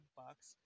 bucks